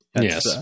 Yes